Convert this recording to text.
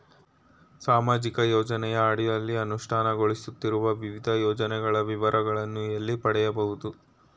ಸಾಮಾಜಿಕ ಯೋಜನೆಯ ಅಡಿಯಲ್ಲಿ ಅನುಷ್ಠಾನಗೊಳಿಸುತ್ತಿರುವ ವಿವಿಧ ಯೋಜನೆಗಳ ವಿವರಗಳನ್ನು ಎಲ್ಲಿ ಪಡೆಯಬಹುದು?